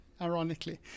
ironically